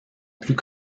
plus